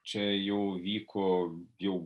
čia jau vyko jau